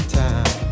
time